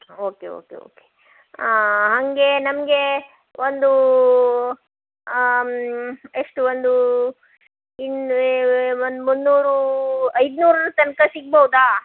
okay okay okay ಹಾಗೆ ನಮ್ಗೆ ಒಂದು ಎಷ್ಟು ಒಂದು ಇನ್ನು ಒಂದು ಮುನ್ನೂರು ಐನೂರರ ತನಕ ಸಿಗ್ಬೌದಾ